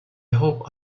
hope